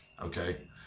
okay